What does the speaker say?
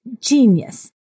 genius